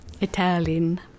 Italian